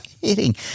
kidding